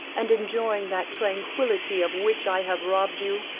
and enjoying that tranquillity of which i have robbed you,